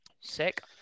Sick